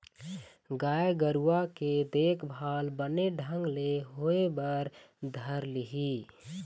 गाय गरुवा के देखभाल बने ढंग ले होय बर धर लिही